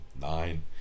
nine